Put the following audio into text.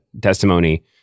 testimony